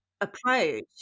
approach